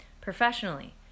Professionally